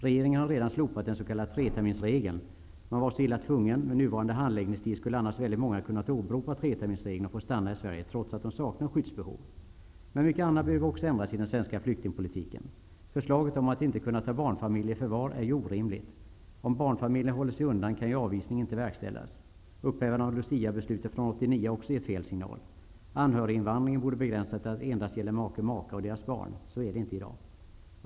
Regeringen har redan slopat den s.k. treterminsregeln. Man var så illa tvungen. Med nuvarande handläggningstid skulle annars väldigt många ha kunnat åberopa treterminsregeln och fått stanna i Sverige trots att de saknar skyddsbehov. Även mycket annat behöver ändras i den svenska flyktingpolitiken. Förslag om att inte kunna ta barnfamiljer i förvar är ju orimligt. Om barnfamiljen håller sig undan kan ju avvisning inte verkställas. Upphävandet av Luciabeslutet från 1989 har också gett fel signal. Anhöriginvandringen borde begränsas till att endast gälla make/maka och deras barn. Så är det inte i dag.